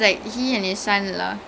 stock market okay